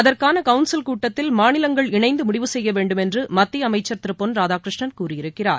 அதற்கான கவுன்சில் கூட்டத்தில் மாநிலங்கள் இணைந்து முடிவு செய்ய வேண்டுமென்று மத்திய அமைச்சர் திரு பொன் ராதாகிருஷ்ணன் கூறியிருக்கிறார்